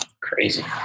crazy